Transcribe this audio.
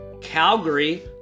Calgary